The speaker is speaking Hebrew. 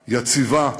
יציבה,